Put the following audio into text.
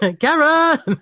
karen